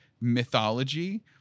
mythology